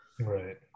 right